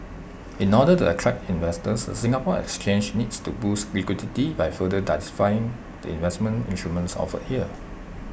in order to attract investors the Singapore exchange needs to boost liquidity by further diversifying the investment instruments offered here